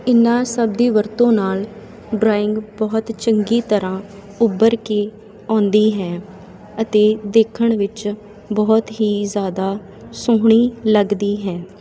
ਇਹਨਾਂ ਸਭ ਦੀ ਵਰਤੋਂ ਨਾਲ ਡਰਾਇੰਗ ਬਹੁਤ ਚੰਗੀ ਤਰ੍ਹਾਂ ਉੱਭਰ ਕੇ ਆਉਂਦੀ ਹੈ ਅਤੇ ਦੇਖਣ ਵਿੱਚ ਬਹੁਤ ਹੀ ਜ਼ਿਆਦਾ ਸੋਹਣੀ ਲੱਗਦੀ ਹੈ